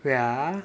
yeah